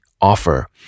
offer